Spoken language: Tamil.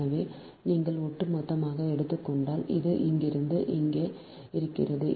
எனவே நீங்கள் ஒட்டுமொத்தமாக எடுத்துக் கொண்டால் அது இங்கிருந்து இங்கே இருக்கிறது